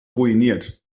ruiniert